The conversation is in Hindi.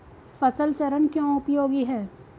फसल चरण क्यों उपयोगी है?